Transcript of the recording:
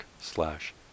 slash